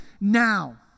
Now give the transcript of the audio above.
now